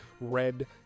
red